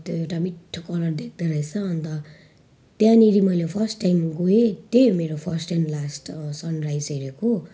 अब त्यो एउटा मिठो कलर देख्दो रहेछ अन्त त्यहाँनेरि मैले फर्स्ट टाइम गएँ त्यही हो मेरो first and last sunrise हेरेको